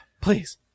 Please